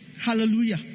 hallelujah